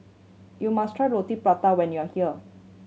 you must try Roti Prata when you are here